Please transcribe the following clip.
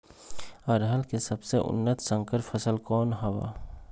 अरहर के सबसे उन्नत संकर फसल कौन हव?